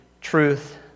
truth